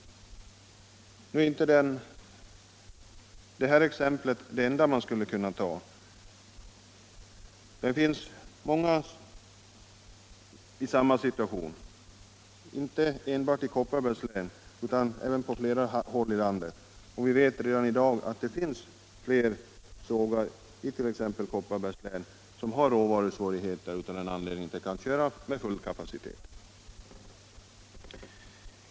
Detta är inte det enda exempel som man skulle kunna ta. Det finns många sågverk i samma situation, inte enbart i Kopparbergs län utan även på andra håll i landet, och vi vet att det redan i dag finns flera sågar i t.ex. Kopparbergs län som har råvarusvårigheter och av den anledningen inte kan köra med full kapacitet.